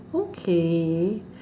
okay